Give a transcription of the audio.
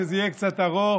שזה יהיה קצת ארוך,